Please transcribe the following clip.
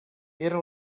era